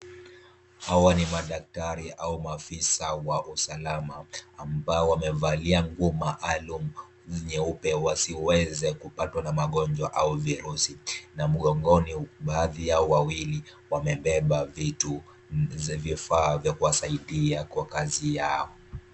Hawa ni madaktari au mafisaa wa usalama ambao wamevaalia nguo maalumu nyeupe wasiweze kupatwa na magonjwa au virusi, na mgongoni baadhi yao wawili wamebeba vitu ,vifaa vya kuwasaidia kwa kazi yao.